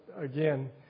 again